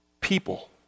people